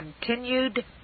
continued